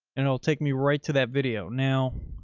and it'll take me right to that video now.